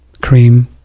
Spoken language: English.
cream